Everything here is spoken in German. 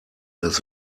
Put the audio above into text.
das